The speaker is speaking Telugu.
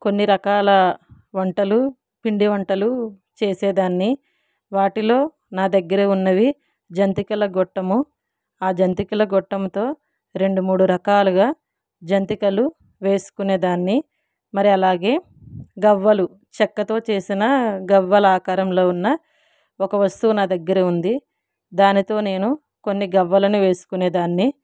కొన్ని రకాల వంటలు పిండి వంటలు చేసేదాన్ని వాటిలో నా దగ్గర ఉన్నవి జంతికల గొట్టము ఆ జంతికల గొట్టముతో రెండు మూడు రకాలుగా జంతికలు వేసుకునేదాన్ని మరి అలాగే గవ్వలు చెక్కతో చేసిన గవ్వల ఆకారంలో ఉన్న ఒక వస్తువు నా దగ్గర ఉంది దానితో నేను కొన్ని గవ్వలను వేసుకునేదాన్ని